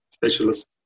Specialist